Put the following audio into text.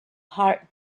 heart